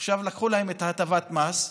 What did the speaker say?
עכשיו לקחו להם את הטבת המס.